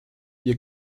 ihr